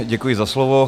Děkuji za slovo.